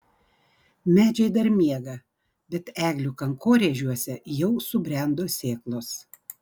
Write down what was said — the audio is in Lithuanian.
medžiai dar miega bet eglių kankorėžiuose jau subrendo sėklos